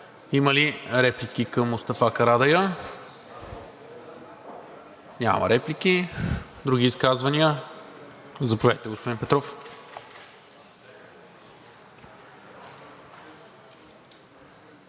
Има ли реплики към Мустафа Карадайъ? Няма. Други изказвания? Заповядайте, господин Петров.